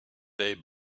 they